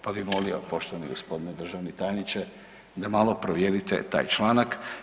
Pa bih molio poštovani gospodine državni tajniče da malo provjerite taj članak.